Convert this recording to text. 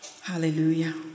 Hallelujah